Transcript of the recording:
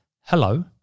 hello